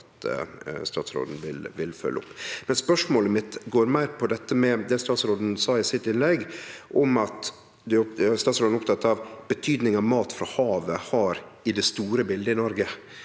statsråden vil følgje opp. Spørsmålet mitt går meir på det statsråden sa i sitt innlegg, om at ho er oppteken av betydinga mat frå havet har i det store biletet i Noreg,